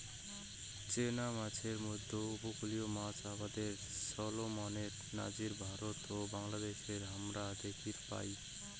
চেনা মাছের মইধ্যে উপকূলীয় মাছ আবাদে স্যালমনের নজির ভারত ও বাংলাদ্যাশে হামরা দ্যাখির পাই